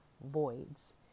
voids